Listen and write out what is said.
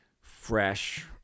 fresh